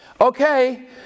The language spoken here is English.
Okay